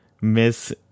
miss